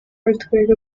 earthquake